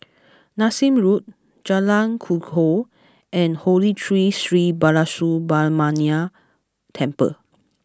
Nassim Road Jalan Kukoh and Holy Tree Sri Balasubramaniar Temple